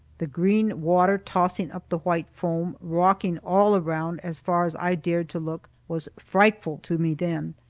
the green water, tossing up the white foam, rocking all around, as far as i dared to look, was frightful to me then.